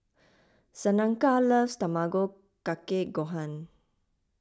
Shaneka loves Tamago Kake Gohan